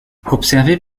observé